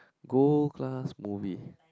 gold class movie